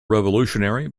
revolutionary